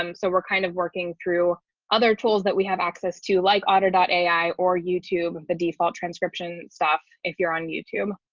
um so we're kind of working through other tools that we have access to like otter ai or youtube, the default transcription stuff if you're on youtube.